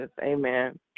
Amen